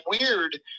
weird